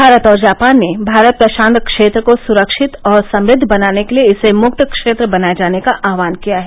भारत और जापान ने भारत प्रशांत क्षेत्र को सुरक्षित और समृद्व बनाने के लिए इसे मुक्त क्षेत्र बनाए जाने का आह्वान किया है